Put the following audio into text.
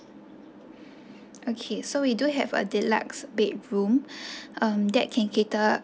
okay so we do have a deluxe bedroom um that can cater